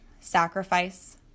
sacrifice